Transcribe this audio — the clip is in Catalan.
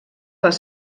les